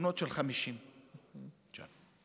חתונות של 50. איזה?